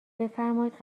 بفرمایید